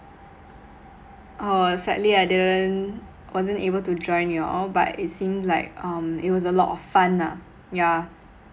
uh sadly I didn't wasn't able to join you all but it seemed like um it was a lot of fun ah yeah